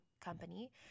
company